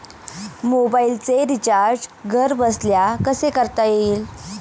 मोबाइलचे रिचार्ज घरबसल्या कसे करता येईल?